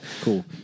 Cool